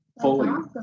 fully